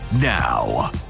now